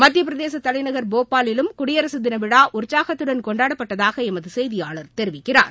மத்தியப்பிரதேச தலைநகர் போபாலிலும் குடியரசுத் தின விழா உற்சாகத்துடன் கொண்டாடப்பட்டதாக எமது செய்தியாளர் தெரிவிக்கிறார்